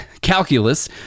calculus